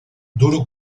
duro